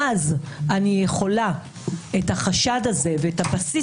אז אני יכולה להעביר את החשד ואת הבסיס